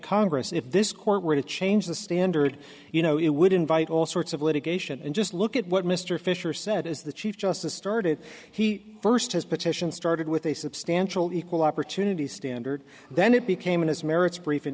congress if this court were to change the standard you know it would invite all sorts of litigation and just look at what mr fisher said as the chief justice started he first his petition started with a substantial equal opportunity standard then it became in his merits brief